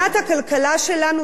ספינת הכלכלה שלנו,